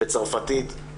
בצרפתית,